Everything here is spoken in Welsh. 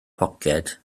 poced